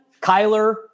Kyler